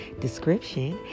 description